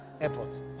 airport